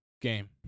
game